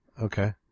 Okay